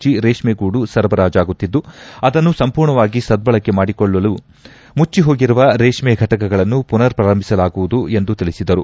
G ರೇಷ್ನೆಗೂಡು ಸರಬರಾಜಾಗುತ್ತಿದ್ದು ಅದನ್ನು ಸಂಪೂರ್ಣವಾಗಿ ಸದ್ದಳಕೆ ಮಾಡಿಕೊಳ್ಳಲು ಮುಚ್ಚಹೋಗಿರುವ ರೇಷ್ಮ ಘಟಕಗಳನ್ನು ಪುನರ್ ಪ್ರಾರಂಭಿಸಲಾಗುವುದು ಎಂದು ತಿಳಿಸಿದರು